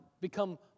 become